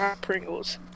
Pringles